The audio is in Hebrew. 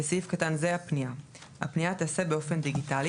(בסעיף קטן זה - הפנייה); הפנייה תיעשה באופן דיגיטלי